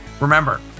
Remember